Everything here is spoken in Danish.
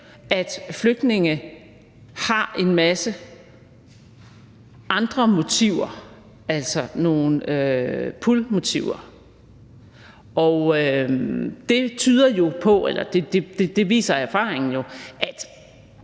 at flygtninge har en masse andre motiver, altså nogle pullmotiver. Og det tyder på –